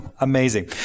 amazing